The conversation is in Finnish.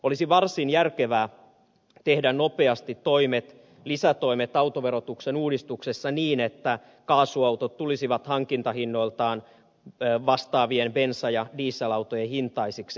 olisi varsin järkevää tehdä nopeasti lisätoimet autoverotuksen uudistuksessa niin että kaasuautot tulisivat hankintahinnoiltaan vastaavien bensa ja dieselautojen hintaisiksi